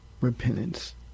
repentance